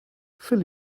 fill